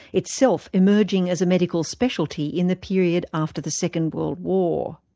itself emerging as a medical specialty in the period after the second world war.